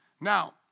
now